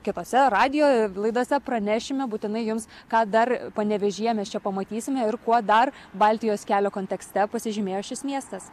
kitose radijo laidose pranešime būtinai jums ką dar panevėžyje mes čia pamatysime ir kuo dar baltijos kelio kontekste pasižymėjo šis miestas